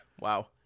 Wow